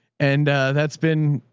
and that's been,